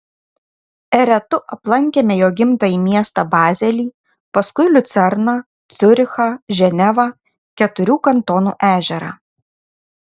eretu aplankėme jo gimtąjį miestą bazelį paskui liucerną ciurichą ženevą keturių kantonų ežerą